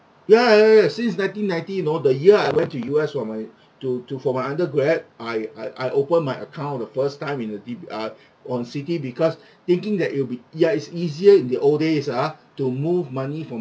ya ya ya since nineteen ninety you know the year I went to U_S for my to to for my undergrad I I I open my account the first time in the D_B uh on citi because thinking that it will be ya it's easier in the old days uh to move money from